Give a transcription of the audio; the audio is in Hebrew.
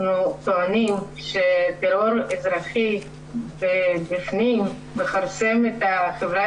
אנחנו טוענים שטרור אזרחי ובפנים מכרסם את החברה